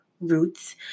roots